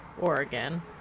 Oregon